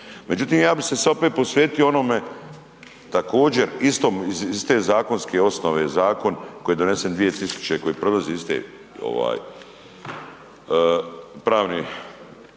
Međutim, ja bi se sad opet posvetio onome također istom iz te iste zakonske osnove, zakon koji je donesen 2000., koji je prolazio iste ovaj